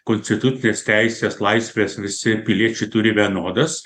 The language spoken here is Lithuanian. konstitucines teises laisves visi piliečiai turi vienodas